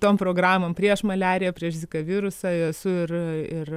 tom programom prieš maliariją prieš zika virusą esu ir ir